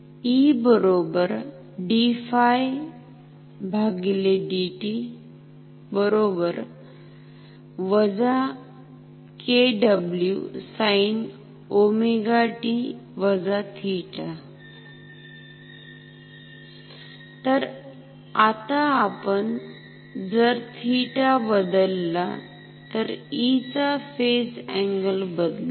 E 𝑑𝜑𝑑𝑡 −𝐾𝜔 sin 𝜔𝑡−𝜃 तर आता जर आपण थिटा बदलला तर E चा फेज अँगल बदलेल